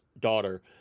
daughter